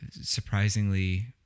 surprisingly